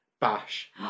bash